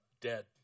dead